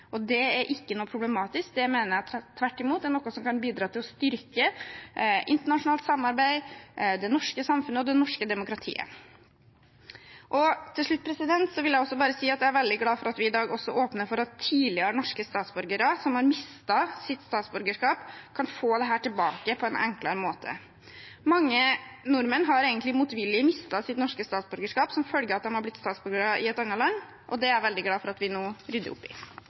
land. Det er ikke noe problematisk – det mener jeg tvert imot er noe som kan bidra til å styrke internasjonalt samarbeid, det norske samfunnet og det norske demokratiet. Til slutt vil jeg bare si at jeg er veldig glad for at vi i dag også åpner for at tidligere norske statsborgere som har mistet sitt statsborgerskap, kan få dette tilbake på en enklere måte. Mange nordmenn har motvillig mistet sitt norske statsborgerskap som følge av at de har blitt statsborgere i et annet land. Det er jeg veldig glad for at vi nå rydder opp i.